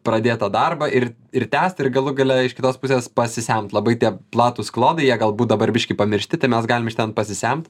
pradėtą darbą ir ir tęst ir galų gale iš kitos pusės pasisemt labai tie platūs klodai jie galbūt dabar biškį pamiršti tai mes galim iš ten pasisemt